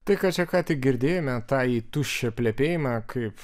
tai ką čia ką tik girdėjome tąjį tuščią plepėjimą kaip